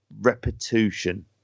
repetition